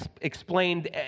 explained